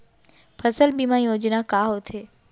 फसल बीमा योजना का होथे?